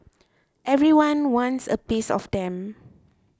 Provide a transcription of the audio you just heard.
everyone wants a piece of them